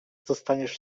dostaniesz